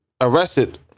arrested